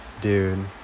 dude